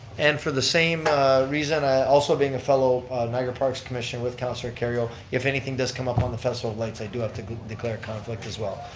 and for the same reason, i also being a fellow niagara parks commission with councillor kerrio, if anything does come up on the festival of lights, i do have to declare conflict as well.